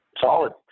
Solid